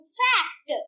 fact